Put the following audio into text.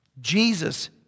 Jesus